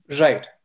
Right